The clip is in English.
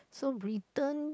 so Britain